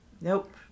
Nope